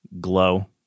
glow